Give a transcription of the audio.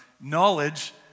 Knowledge